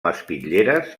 espitlleres